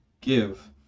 give